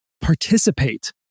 participate